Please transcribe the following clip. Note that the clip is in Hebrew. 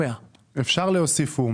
אפשר להוסיף את